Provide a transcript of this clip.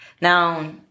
Now